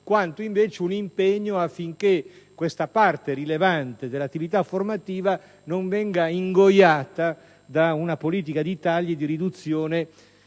quanto un impegno affinché questa parte rilevante dell'attività formativa non venga ingoiata da una politica di tagli e di riduzione